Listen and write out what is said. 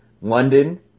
London